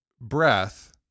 breath